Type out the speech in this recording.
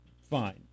Fine